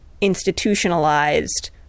institutionalized